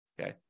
okay